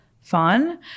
fun